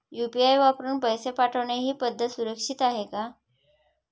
UPI वापरून पैसे पाठवणे ही पद्धत सुरक्षित आहे का?